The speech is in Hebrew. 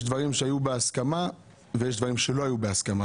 יש דברים שהיו בהסכמה ויש דברים שלא היו בהסכמה.